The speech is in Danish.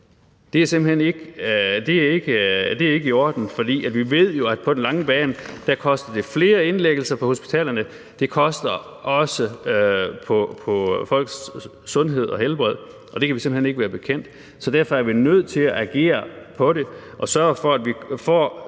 hen ikke i orden, for vi ved jo, at det på den lange bane koster flere indlæggelser på hospitalerne; det koster også i forhold til folks sundhed og helbred, og det kan vi simpelt hen ikke være bekendt. Så derfor er vi nødt til at agere på det og sørge for, at vi får